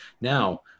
Now